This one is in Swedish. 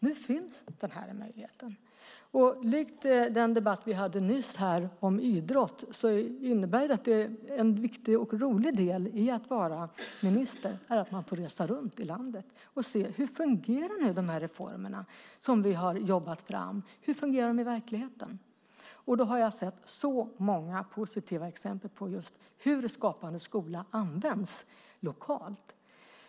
Nu finns den här möjligheten, och likt i den debatt vi hade nyss om idrott är en viktig och rolig del i att vara minister att man får resa runt i landet och se hur de reformer som vi har jobbat fram fungerar i verkligheten. Jag har sett så många positiva exempel just på hur Skapande skola används lokalt.